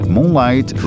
Moonlight